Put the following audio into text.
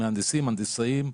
מהנדסים.